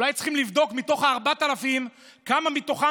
אולי צריכים לבדוק כמה מתוך ה-4,000,